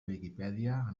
viquipèdia